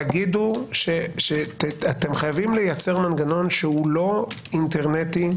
תגידו שאתם חייבים לייצר מנגנון שהוא לא אינטרנטי.